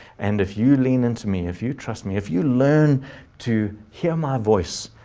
and if you lean into me, if you trust me, if you learn to hear my voice,